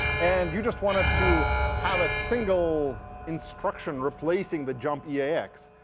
and you just wanted to have a single instruction replacing the jump yeah eax.